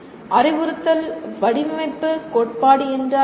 அறிவுறுத்தல் வடிவமைப்பு கோட்பாடு என்றால் என்ன